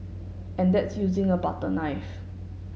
and that's using a butter knife